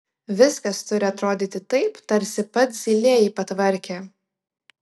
viskas turi atrodyti taip tarsi pats zylė jį patvarkė